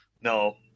No